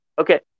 okay